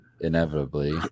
inevitably